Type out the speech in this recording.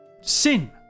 Sin